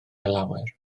lawer